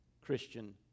Christian